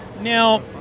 Now